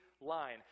line